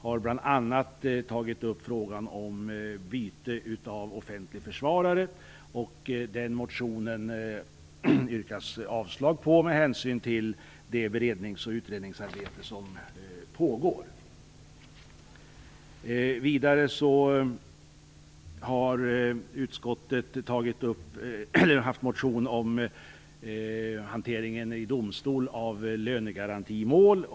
har bl.a. behandlat en motion om byte av offentlig försvarare och yrkat avslag på den med hänsyn till det berednings och utredningsarbete som pågår. Utskottet har vidare tagit ställning till en motion om hanteringen i domstol av lönegarantimål.